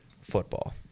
Football